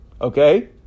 okay